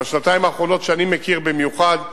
בשנתיים האחרונות שאני מכיר במיוחד,